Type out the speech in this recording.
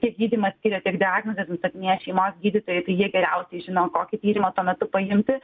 tiek gydymą skiria tiek diagnozes nustatinėja šeimos gydytojai tai jie geriausiai žino kokį tyrimą tuo metu paimti